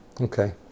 Okay